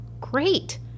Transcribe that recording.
great